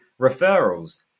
referrals